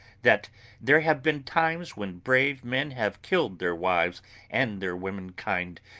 that there have been times when brave men have killed their wives and their womenkind,